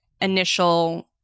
initial